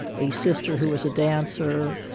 a sister who was a dancer,